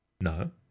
no